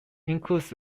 includes